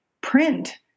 print